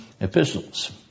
epistles